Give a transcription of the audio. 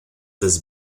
this